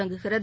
தொடங்குகிறது